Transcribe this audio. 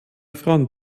frauen